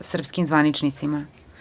srpskim zvaničnicima.